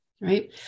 right